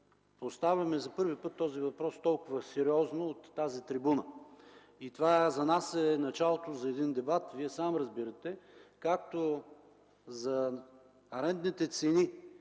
поставяме за първи път този въпрос толкова сериозно от тази трибуна. Това за нас е началото за един дебат. Вие сам разбирате както за арендните цени